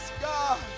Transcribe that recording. God